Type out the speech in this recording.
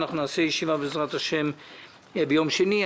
נערוך ישיבה בעזרת השם ביום שני.